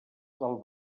del